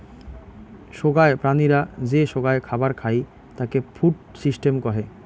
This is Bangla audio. সোগায় প্রাণীরা যে সোগায় খাবার খাই তাকে ফুড সিস্টেম কহে